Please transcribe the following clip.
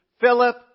Philip